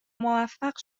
موفق